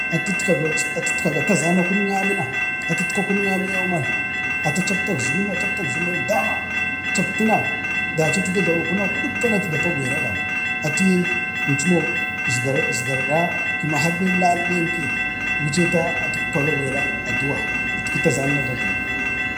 a tit gabaga tazen a kuna amnma, atitka tajen nakunun amiyau atu captak zimin atu captak zimin dama captuna daci atu jlawu kunan kuduppa matu da dapi agwera agaku atiye imcimo ezgar ezagirrra dek lallen ke wuce atu paga agwera a duwa itki tazam na dajlami.